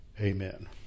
Amen